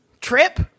Trip